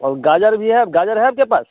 और गाजर भी है गाजर है आपके पास